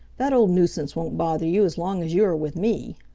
that old nuisance won't bother you as long as you are with me.